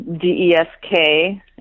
D-E-S-K